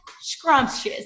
scrumptious